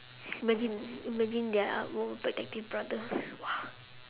imagine imagine they are both protective brother !wah!